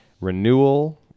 Renewal